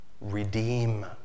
redeem